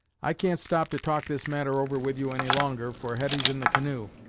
i can't stop to talk this matter over with you any longer, for hetty's in the canoe,